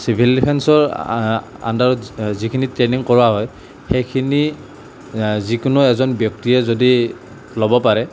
civil ডিফেন্সৰ আণ্ডাৰত যিখিনি ট্ৰেইনিং কৰোৱা হয় সেইখিনি যিকিনো এজন ব্যক্তিয়ে যদি ল'ব পাৰে